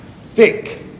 thick